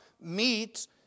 meet